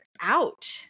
out